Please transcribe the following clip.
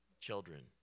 Children